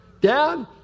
Dad